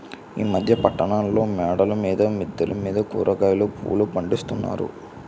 ఈ మధ్య పట్టణాల్లో మేడల మీద మిద్దెల మీద కూరగాయలు పువ్వులు పండిస్తున్నారు